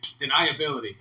deniability